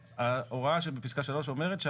ההוראה של פיסקה 3 אומרת,